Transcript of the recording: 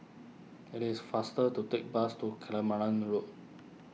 it is faster to take bus to Road